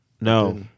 No